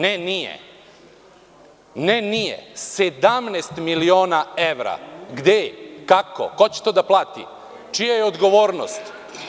Ne nije, 17 miliona evra, gde je, kako, ko će do da plati, čija je odgovornost?